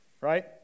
right